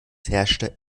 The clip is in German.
herrschte